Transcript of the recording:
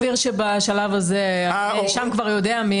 סביר שכבר בשלב הזה הנאשם יודע.